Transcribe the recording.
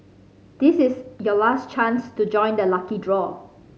this is your last chance to join the lucky draw